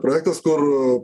projektas kur